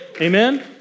Amen